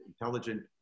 intelligent